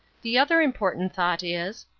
the other important thought is,